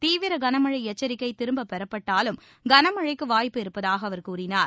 தீவிரகனமழைஎச்சரிக்கைதிரும்பப் பெறப்பட்டாலும் கனமழைக்குவாய்ப்பு இருப்பதாகஅவர் கூறினார்